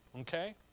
okay